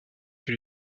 que